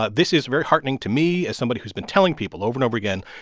but this is very heartening to me, as somebody who's been telling people over and over again,